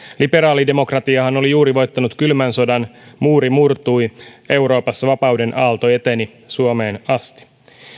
liberaali demokratiahan oli juuri voittanut kylmän sodan muuri murtui euroopassa vapauden aalto eteni suomeen asti